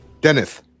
Dennis